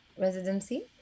residency